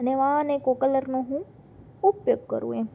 અને વા અને ગો કલરનું હું ઉપયોગ કરું એમ